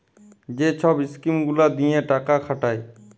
যে ছব ইস্কিম গুলা দিঁয়ে টাকা খাটায়